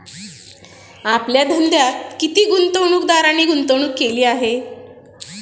आपल्या धंद्यात किती गुंतवणूकदारांनी गुंतवणूक केली आहे?